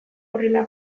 horrela